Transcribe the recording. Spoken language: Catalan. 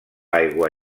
aigua